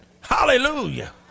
hallelujah